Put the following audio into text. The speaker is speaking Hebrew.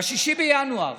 ב-6 בינואר